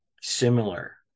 similar